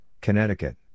Connecticut